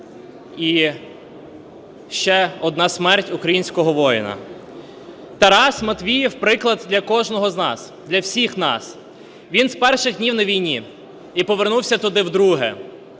і ще одна смерть українського воїна. Тарас Матвіїв – приклад для кожного з нас, для всіх нас. Він з перших днів на війні і повернувся туди вдруге.